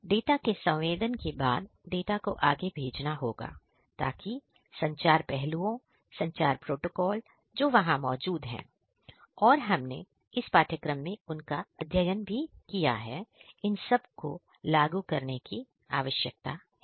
data के संवेदन के बाद डाटा को आगे भेजना होगा ताकि संचार पहलुओं संचार प्रोटोकॉल जो वहां मौजूद है और हमने इस पाठ्यक्रम में उनका अध्ययन भी किया है इन सब को लागू करने की आवश्यकता है